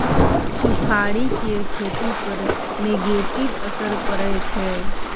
सुखाड़ि केर खेती पर नेगेटिव असर परय छै